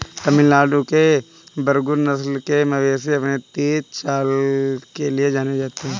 तमिलनाडु के बरगुर नस्ल के मवेशी अपनी तेज चाल के लिए जाने जाते हैं